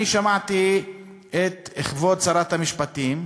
אני שמעתי את כבוד שרת המשפטים,